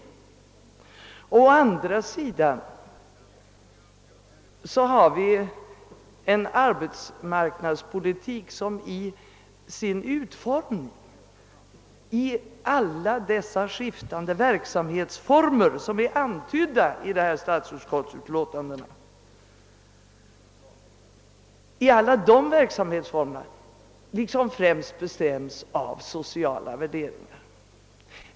Å andra sidan har vi en arbetsmarknadspolitik som i alla dess skiftande verksamhetsformer, antydda i förevarande statsutskottsutlåtanden, främst bestämmes av sociala värderingar.